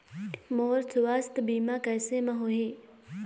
मोर सुवास्थ बीमा कैसे म होही?